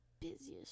busiest